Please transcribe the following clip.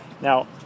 Now